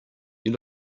you